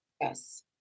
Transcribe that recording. Yes